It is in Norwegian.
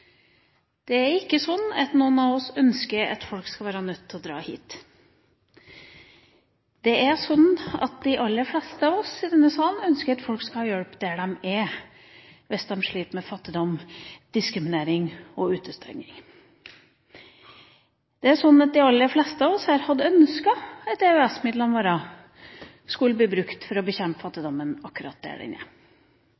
Det er ikke sånn at noen av oss ønsker at folk skal være nødt til å dra hit. De aller fleste av oss i denne salen ønsker at folk skal få hjelp der de er hvis de sliter med fattigdom, diskriminering og utestenging. De aller fleste av oss her hadde ønsket at EØS-midlene våre skulle bli brukt til å bekjempe